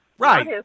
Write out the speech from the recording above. Right